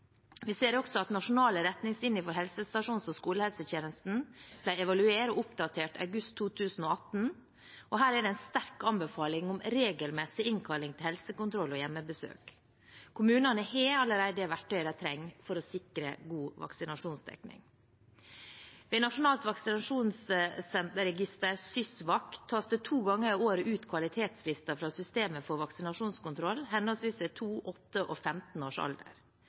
Vi ser også at nasjonale retningslinjer for helsestasjons- og skolehelsetjenesten ble evaluert og oppdatert i august 2018, og her er det en sterk anbefaling om regelmessig innkalling til helsekontroll og hjemmebesøk. Kommunene har allerede det verktøyet de trenger for å sikre god vaksinasjonsdekning. Ved Nasjonalt vaksinasjonssenter, SYSVAK, tas det to ganger i året ut kvalitetslister fra systemet for vaksinasjonskontroll, henholdsvis ved 2-, 8- og